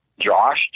Josh